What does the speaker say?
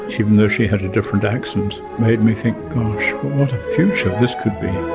even though she had a different accent, made me think, gosh, what a future this could be.